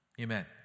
Amen